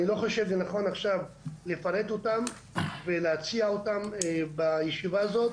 אני לא חושב לנכון עכשיו לפרט אותן ולהציע אותן בישיבה הזו.